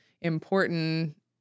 important